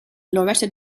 loretta